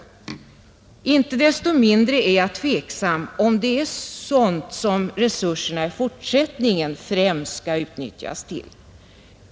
Inte desto mindre är jag tveksam om det är sådant som resurserna i fortsättningen främst skall utnyttjas till.